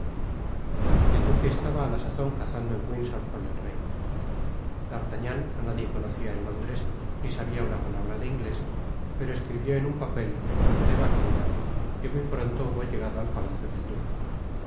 el duque estaba á la sazon cazando en windsor con el rey d'artagnan á nadie conocia en londres ni sabia una palabra de inglés pero escribió en un papel el nombre de buckingam y muy pronto hubo llegado al palacio del duque